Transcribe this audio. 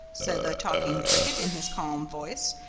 said the talking cricket in his calm voice,